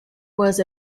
was